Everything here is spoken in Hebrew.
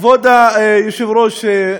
כבוד היושב-ראש,